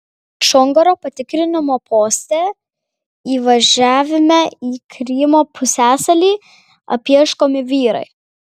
čongaro patikrinimo poste įvažiavime į krymo pusiasalį apieškomi vyrai